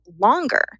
longer